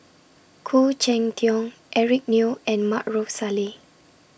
Khoo Cheng Tiong Eric Neo and Maarof Salleh